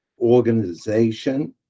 organization